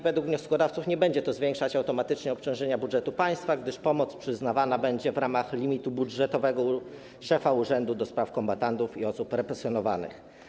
Według wnioskodawców nie będzie to automatycznie zwiększać obciążenia budżetu państwa, gdyż pomoc przyznawana będzie w ramach limitu budżetowego szefa Urzędu do Spraw Kombatantów i Osób Represjonowanych.